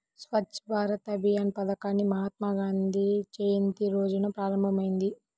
స్వచ్ఛ్ భారత్ అభియాన్ పథకాన్ని మహాత్మాగాంధీ జయంతి రోజున ప్రారంభమైంది